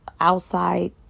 outside